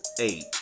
eight